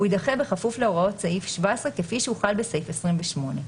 הוא יידחה בכפוף להוראות סעיף 17 כפי שהוחל בסעיף 28,